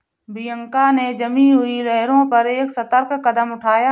Bianca ने जमी हुई लहरों पर एक सतर्क कदम उठाया